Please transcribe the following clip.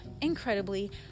incredibly